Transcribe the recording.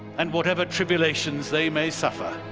and whatever tribulations they may suffer.